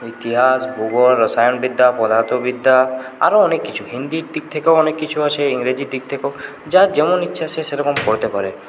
ইতিহাস ভূগোল রসায়নবিদ্যা পদার্থবিদ্যা আরও অনেক কিছু হিন্দির দিক থেকেও অনেক কিছু আছে ইংরেজির দিক থেকেও যার যেমন ইচ্ছা সে সেরকম পড়তে পারে